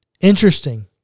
Interesting